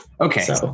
Okay